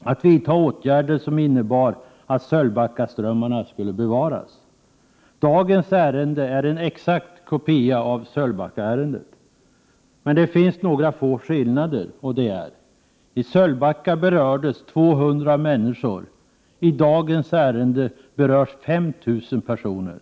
att vidta åtgärder som innebär att Sölvbackaströmmarna skall bevaras. Dagens ärende är en exakt kopia av Sölvbackaärendet. Det finns några få skillnader. I Sölvbacka berördes 200 människor. I dagens ärende berörs 5 000 människor.